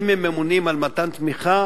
אם הם ממונים על מתן תמיכה,